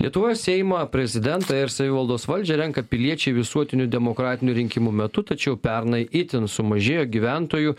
lietuvoje seimą prezidentą ir savivaldos valdžią renka piliečiai visuotinių demokratinių rinkimų metu tačiau pernai itin sumažėjo gyventojų